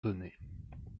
donnait